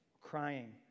crying